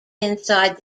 inside